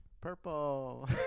purple